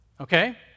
okay